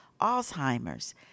Alzheimer's